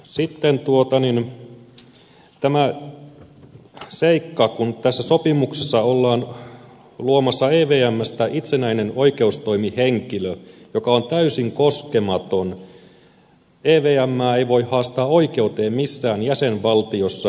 sitten tämä seikka että tässä sopimuksessa ollaan luomassa evmstä itsenäistä oikeustoimihenkilöä joka on täysin koskematon evmää ei voi haastaa oikeuteen missään jäsenvaltiossa